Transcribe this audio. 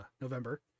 November